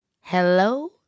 Hello